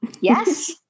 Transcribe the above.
Yes